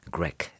Greg